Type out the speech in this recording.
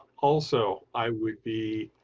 also, i would be